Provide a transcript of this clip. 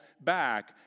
back